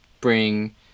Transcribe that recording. bring